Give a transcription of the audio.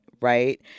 right